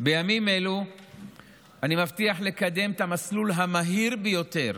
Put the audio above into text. בימים אלו אני מבטיח לקדם את המסלול המהיר ביותר